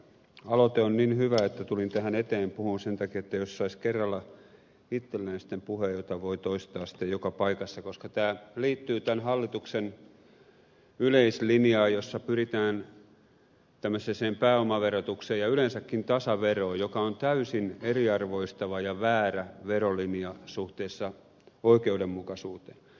aloite on niin hyvä että tulin tähän eteen puhumaan sen takia että saisi kerralla itselleen puheen jota voi toistaa sitten joka paikassa koska tämä liittyy tämän hallituksen yleislinjaan jossa pyritään tämmöiseen pääomaverotukseen ja yleensäkin tasaveroon joka on täysin eriarvoistava ja väärä verolinja suhteessa oikeudenmukaisuuteen